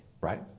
right